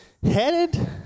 Headed